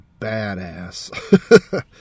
badass